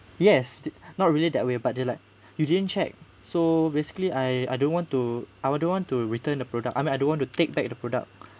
yes they not really that way but they like you didn't check so basically I I don't want to I wouldn't want to return the product I mean I don't want to take back the product